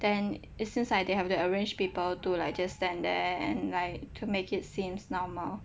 then it seems like they have to arrange people to like just stand there and like to make it seem normal